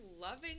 Loving